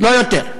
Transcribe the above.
לא יותר.